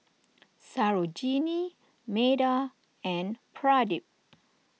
Sarojini Medha and Pradip